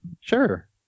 Sure